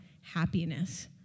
happiness